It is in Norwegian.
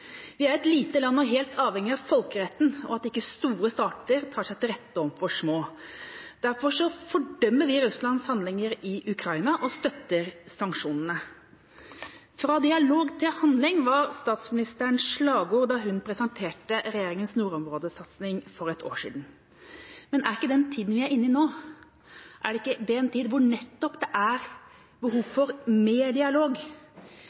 Vi er et lite land og helt avhengig av folkeretten og at ikke store stater tar seg til rette overfor små. Derfor fordømmer vi Russlands handlinger i Ukraina og støtter sanksjonene. «Fra dialog til handling» var statsministerens slagord da hun presenterte regjeringas nordområdesatsing for ett år siden. Men er ikke den tida vi er inne i nå, en tid da det nettopp er behov for mer dialog?